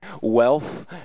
Wealth